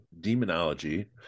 demonology